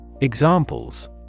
Examples